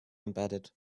embedded